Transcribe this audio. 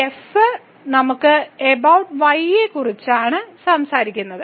F നമ്മൾ abouty യെക്കുറിച്ചാണ് സംസാരിക്കുന്നത്